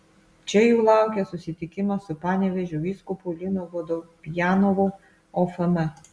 čia jų laukia susitikimas su panevėžio vyskupu linu vodopjanovu ofm